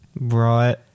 Right